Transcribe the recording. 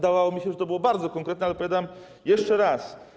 Zdawało mi się, że to było bardzo konkretne, ale odpowiadam jeszcze raz.